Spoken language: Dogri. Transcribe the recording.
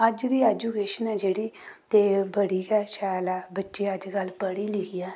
अज्ज दी ऐजुकेशन ऐ जेह्ड़ी ते बड़ी गै शैल ऐ बच्चे अजकल्ल पढ़ी लिखियै